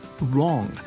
wrong